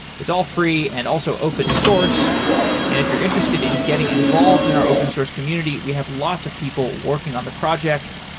it's all free and also open-source, and if you're interested in getting involved in our open source community, we have lots of people working on the project.